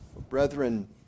Brethren